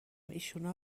ایشونا